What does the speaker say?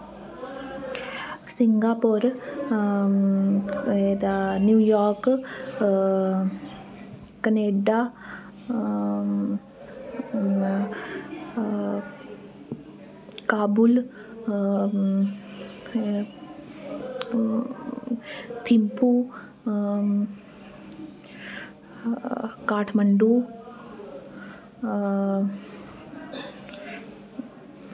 Singapore एह्दा New York Canada Kabul Thimphu Kathmandu